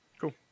Cool